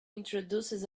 introduces